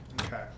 Okay